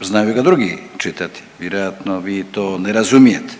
znaju ga drugi čitati vjerojatno vi to ne razumijete